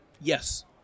Yes